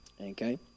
Okay